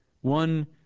one